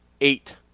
eight